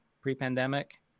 pre-pandemic